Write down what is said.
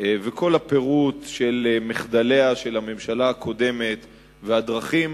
וכל הפירוט של מחדליה של הממשלה הקודמת והדרכים